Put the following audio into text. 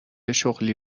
شغلی